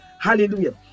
Hallelujah